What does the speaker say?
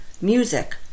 music